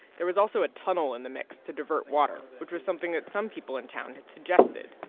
there was also a tunnel in the mix to divert water, which was something that some people in town had suggested.